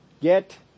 Get